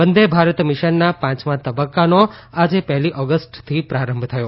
વંદે ભારત મિશનના પાંચમા તબક્કાનો આજે પહેલી ઓગસ્ટથી પ્રારંભ થયો